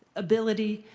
ability,